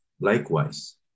Likewise